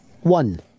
One